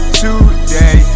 today